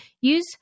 Use